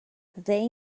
they